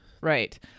right